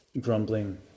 grumbling